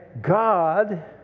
God